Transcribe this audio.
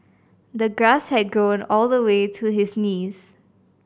the grass had grown all the way to his knees